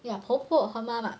ya 婆婆和妈妈